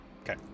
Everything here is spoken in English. Okay